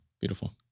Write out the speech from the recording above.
Beautiful